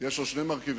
יש לו שני מרכיבים.